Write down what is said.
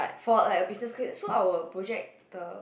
for a like a business quiz so our project the